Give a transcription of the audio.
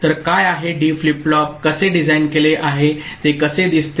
तर काय आहे डी फ्लिप फ्लॉप कसे डिझाइन केले आहे ते कसे दिसते